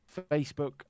Facebook